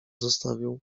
zostawił